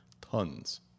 tons